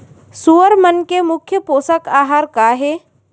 सुअर मन के मुख्य पोसक आहार का हे?